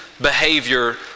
behavior